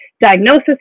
diagnosis